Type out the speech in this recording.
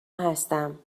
هستم